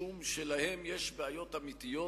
משום שלהם יש בעיות אמיתיות,